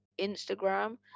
instagram